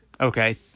Okay